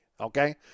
Okay